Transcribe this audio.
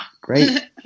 Great